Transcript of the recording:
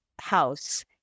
house